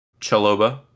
Chaloba